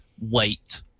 wait